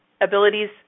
abilities